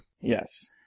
Yes